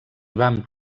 vam